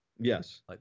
Yes